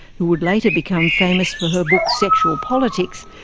who would later become famous for her book sexual politics,